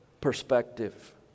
perspective